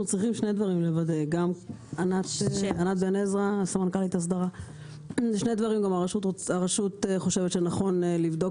אנחנו צריכים שני דברים שני דברים הרשות חושבת שנכון לבדוק